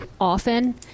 often